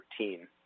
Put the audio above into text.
13